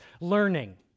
learning